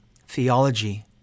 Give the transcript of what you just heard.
theology